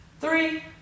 three